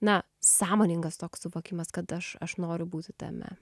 na sąmoningas toks suvokimas kad aš aš noriu būti tame